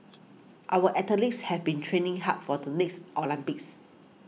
our athletes have been training hard for the next Olympics